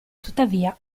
tuttavia